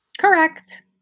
Correct